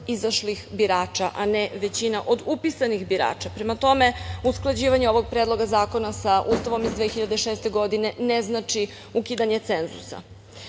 izašlih birača, a ne većina od upisanih birača. Prema tome, usklađivanje ovog predloga zakona sa Ustavom iz 2006. godine ne znači ukidanje cenzusa. To